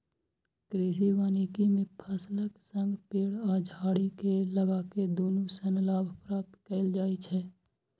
कृषि वानिकी मे फसलक संग पेड़ आ झाड़ी कें लगाके दुनू सं लाभ प्राप्त कैल जाइ छै